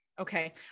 Okay